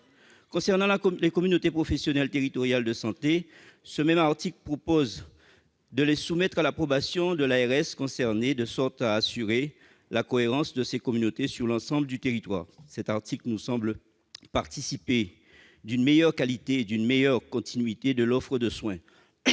Concernant les communautés professionnelles territoriales de santé, cet article prévoit de les soumettre à l'approbation de l'ARS concernée afin d'assurer la cohérence de ces communautés sur l'ensemble du territoire. Cette mesure nous semble de nature à offrir une meilleure qualité et une meilleure continuité de l'offre de soins.